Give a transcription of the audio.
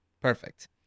perfect